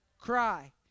cry